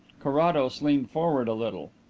carrados leaned forward a little.